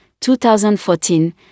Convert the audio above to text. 2014